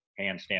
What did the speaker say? handstand